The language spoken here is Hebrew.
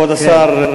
השר,